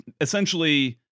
essentially